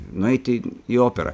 nueiti į operą